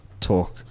talk